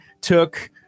took